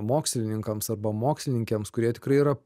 mokslininkams arba mokslininkėms kurie tikrai yra